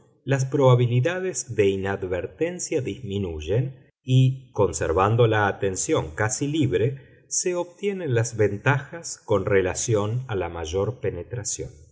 las probabilidades de inadvertencia disminuyen y conservando la atención casi libre se obtienen las ventajas con relación a la mayor penetración